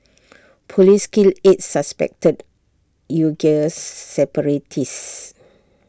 Police kill eight suspected Uighur separatists